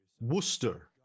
Worcester